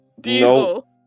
Diesel